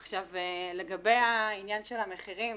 עכשיו לגבי העניין של המחירים,